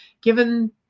given